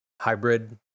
hybrid